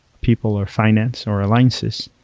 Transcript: people, or finance, or alliances.